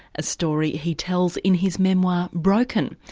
a story he tells in his memoir broken.